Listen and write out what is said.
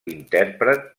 intèrpret